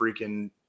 freaking